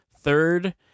third